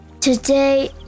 Today